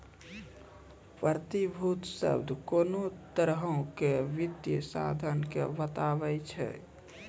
प्रतिभूति शब्द कोनो तरहो के वित्तीय साधन के बताबै छै